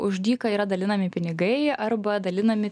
už dyką yra dalinami pinigai arba dalinami